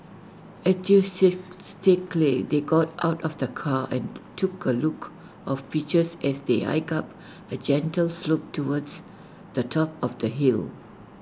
enthusiastically they got out of the car and took A look of pictures as they hiked up A gentle slope towards the top of the hill